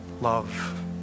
love